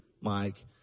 Mike